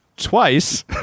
Twice